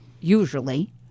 usually